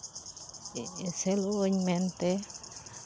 ᱮᱥᱮᱞᱚᱜ ᱟᱹᱧ ᱢᱮᱱᱛᱮ